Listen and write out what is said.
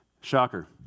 Shocker